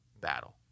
battle